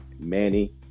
Manny